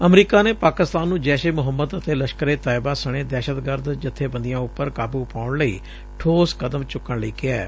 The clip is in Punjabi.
ਅਮਰੀਕਾ ਨੇ ਪਾਕਿਸਤਾਨ ਨੂੰ ਜੈਸ਼ ਏ ਮੁਹੰਮਦ ਅਤੇ ਲਸ਼ਕਰ ਏ ਤਾਇਬਾ ਸਣੇ ਦਹਿਸ਼ਤਗਰਦ ਜਥੇਬੰਦੀਆਂ ਉਪਰ ਕਾਬੂ ਪਾਉਣ ਲਈ ਠੋਸ ਕਦਮ ਚੁੱਕਣ ਲਈ ਕਿਹੈ